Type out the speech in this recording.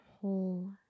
whole